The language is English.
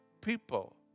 people